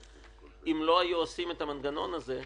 אם לא היו עושים את המנגנון הזה,